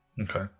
Okay